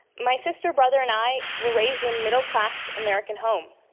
my sister, brother, and i were raised in a middle-class american home.